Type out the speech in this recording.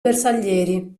bersaglieri